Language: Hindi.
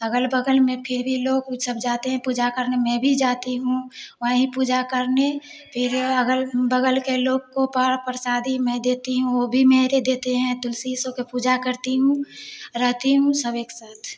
अग़ल बग़ल में फिर भी लोग वह सब जाते हैं पूजा करने मैं भी जाती हूँ वहीं पूजा करने फिर अग़ल बग़ल के लोग को पर प्रसाद मैं देती हूँ वह भी मेरे देते हैं तुलसी सो की पूजा करती हूँ रहती हूँ सब एक साथ